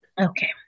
Okay